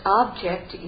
object